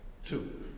Two